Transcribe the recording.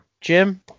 Jim